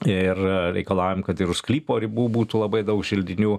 ir reikalaujam kad ir sklypo ribų būtų labai daug želdinių